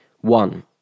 One